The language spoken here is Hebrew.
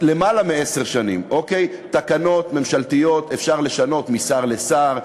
למעלה מעשר שנים: תקנות ממשלתיות אפשר לשנות משר לשר,